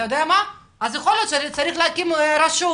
יכול להיות שצריך לעשות סדר ולהקים רשות